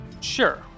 sure